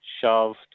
shoved